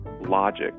logic